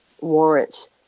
warrants